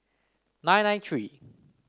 nine nine three